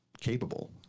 capable